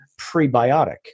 prebiotic